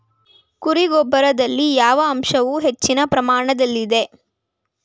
ಕುರಿ ಗೊಬ್ಬರದಲ್ಲಿ ಯಾವ ಅಂಶವು ಹೆಚ್ಚಿನ ಪ್ರಮಾಣದಲ್ಲಿದೆ?